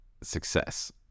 success